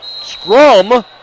scrum